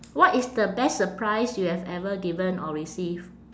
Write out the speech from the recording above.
what is the best surprise you have ever given or receive